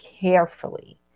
carefully